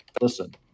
listen